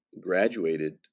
graduated